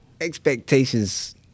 Expectations